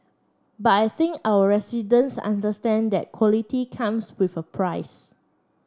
but I think our residents understand that quality comes with a price